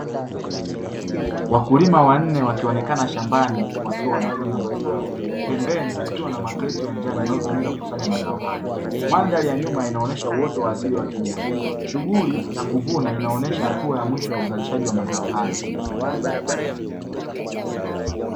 Wakulima wanne wakionekana shambani wakiwa wanavuna mazao, pembeni kukiwa na makreti ya njano yanayotumika kukusanya mazao hayo. Mandhari ya nyuma inaonesha uoto wa asili wa kijani, shughuli ya kuvuna inaonesha hatua ya mwisho ya uzalishaji wa mazao hayo.